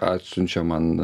atsiunčia man